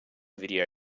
video